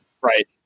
Right